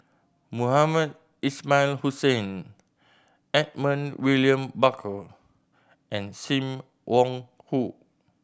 Mohamed Ismail Hussain Edmund William Barker and Sim Wong Hoo